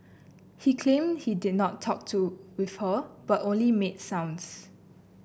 he claimed he did not talk to with her but only made sounds